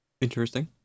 Interesting